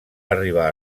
arribar